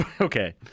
Okay